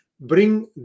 bring